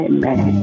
Amen